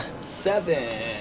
Seven